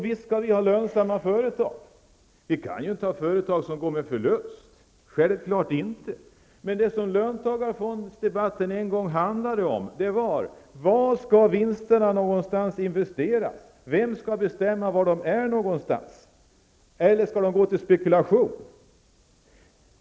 Visst skall vi ha lönsamma företag. Vi kan inte ha företag som går med förlust, självklart inte. Men det som löntagarfondsdebatten en gång handlade om var: Var någonstans skall vinsterna investeras? Vem skall bestämma hur vinsterna används? Skall de gå till spekulation?